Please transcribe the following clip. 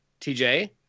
TJ